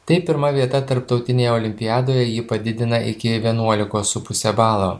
tai pirma vieta tarptautinėje olimpiadoje jį padidina iki vienuolikos su puse balo